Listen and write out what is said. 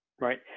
Right